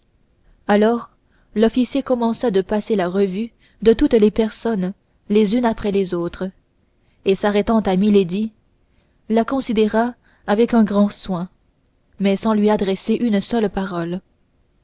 alors l'officier commença de passer la revue de toutes les personnes les unes après les autres et s'arrêtant à milady la considéra avec un grand soin mais sans lui adresser une seule parole